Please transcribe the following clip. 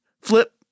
flip